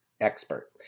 expert